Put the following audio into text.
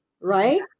right